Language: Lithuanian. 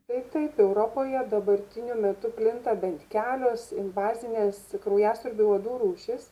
taip taip europoje dabartiniu metu plinta bent kelios invazinės kraujasiurbių uodų rūšys